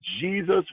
Jesus